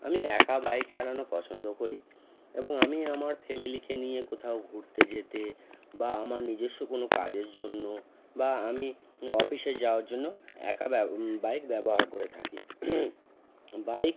আমি একা বাইক চালানো পছন্দ করি এবং আমি আমার ফ্যামিলিকে নিয়ে কোথাও ঘুরতে যেতে বা আমার নিজস্ব কোনো কাজের জন্য বা আমি অফিসে যাওয়ার জন্য একা ব্যা বাইক ব্যবহার করে থাকি বাইক